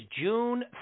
June